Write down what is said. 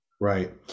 Right